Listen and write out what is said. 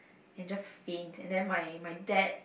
and just faint and then my my dad